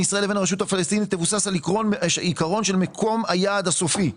ישראל לבין הרשות הפלסטינית תבוסס על עקרון של מקום היעד הסופי.